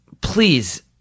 please